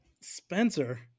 Spencer